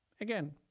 again